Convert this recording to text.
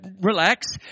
relax